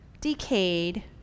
decayed